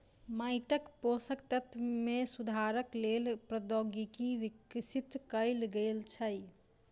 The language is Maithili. माइटक पोषक तत्व मे सुधारक लेल प्रौद्योगिकी विकसित कयल गेल छै